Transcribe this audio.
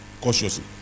cautiously